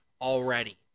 already